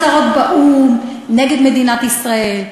תמשיכו להעביר הצהרות באו"ם נגד מדינת ישראל,